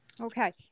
Okay